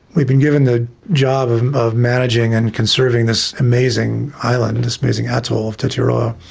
we've been given the job of managing and conserving this amazing island, and this amazing atoll, tetiaroa,